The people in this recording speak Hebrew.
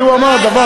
כי הוא אמר דבר,